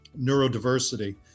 neurodiversity